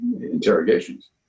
Interrogations